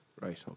Right